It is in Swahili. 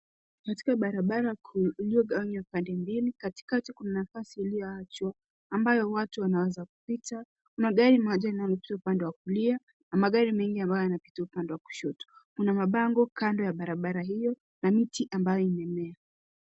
Katika barabara kuu uliogawanywa pande mbili. Katikati kuna nafasi iliyowachwa ambayo watu wanaweza kupita. Kuna gari moja linaelekea upande wa kulia na magari mengi ambayo yanapita upande wa kushoto. Kuna mabango kando ya barabara hiyo na miti ambayo imemea.